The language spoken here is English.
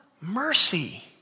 mercy